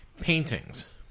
paintings